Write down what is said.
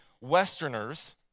Westerners